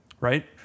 right